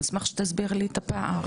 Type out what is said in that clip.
אני אשמח שתסביר לי את הפער.